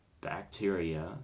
bacteria